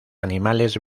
animales